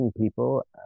people